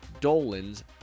Dolan's